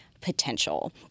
potential